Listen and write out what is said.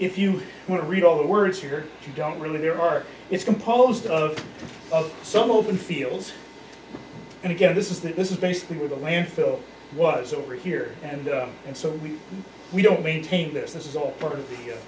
if you want to read all the words here you don't really there are it's composed of of some open fields and again this is the this is basically where the landfill was over here and and so we we don't maintain this this is all part of